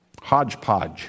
hodgepodge